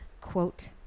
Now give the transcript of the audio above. Quote